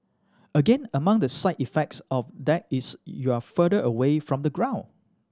again among the side effects of that is you're further away from the ground